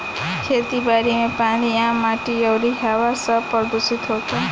खेती बारी मे पानी आ माटी अउरी हवा सब प्रदूशीत होता